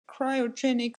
cryogenic